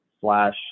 slash